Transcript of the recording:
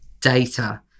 data